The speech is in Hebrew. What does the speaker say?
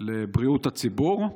לבריאות הציבור.